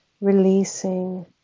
releasing